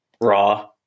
Raw